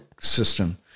system